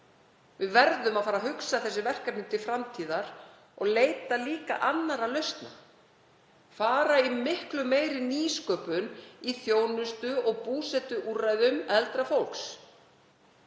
Við verðum að fara að hugsa þessi verkefni til framtíðar og leita líka annarra lausna, fara í miklu meiri nýsköpun í þjónustu og búsetuúrræðum eldra fólks.